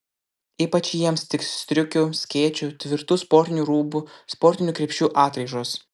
ypač jiems tiks striukių skėčių tvirtų sportinių rūbų sportinių krepšių atraižos